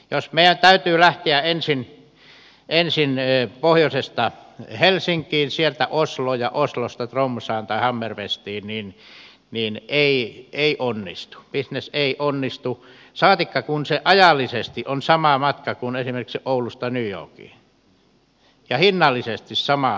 jos meidän täytyy lähteä ensin pohjoisesta helsinkiin sieltä osloon ja oslosta tromssaan tai hammerfestiin niin ei onnistu bisnes ei onnistu saatikka kun se ajallisesti on sama matka kuin esimerkiksi oulusta new yorkiin ja hinnallisesti sama kuin oulusta aasiaan